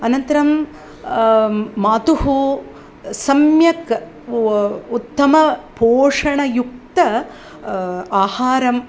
अनन्तरं मातुः सम्यकम् उ उत्तमं पोषणयुक्तम् आहारम्